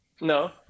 No